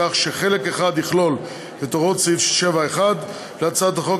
כך שחלק אחד יכלול את הוראות סעיף 7(1) להצעת החוק,